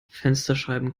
fensterscheiben